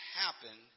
happen